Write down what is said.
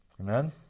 Amen